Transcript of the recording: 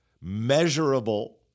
measurable